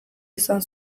izan